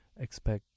expect